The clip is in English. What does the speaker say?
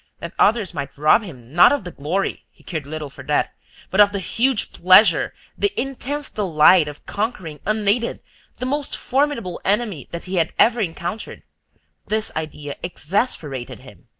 that others might rob him not of the glory he cared little for that but of the huge pleasure, the intense delight of conquering unaided the most formidable enemy that he had ever encountered this idea exasperated him.